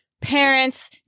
parents